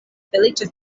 feliĉa